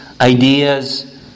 ideas